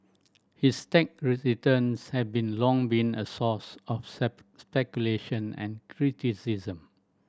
his tax returns have been long been a source of speculation and criticism